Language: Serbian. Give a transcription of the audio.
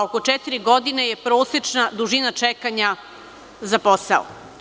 Oko četiri godine je prosečna dužina čekanja za posao.